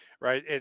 Right